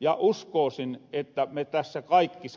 ja uskoosin että ne kaikki